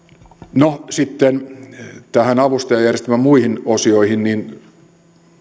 no sitten avustajajärjestelmän muihin osioihin